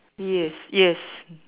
yes yes